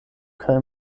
kaj